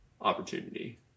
opportunity